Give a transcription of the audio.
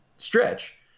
stretch